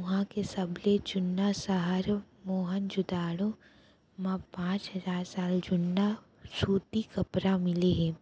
उहां के सबले जुन्ना सहर मोहनजोदड़ो म पांच हजार साल जुन्ना सूती कपरा मिले हे